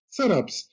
setups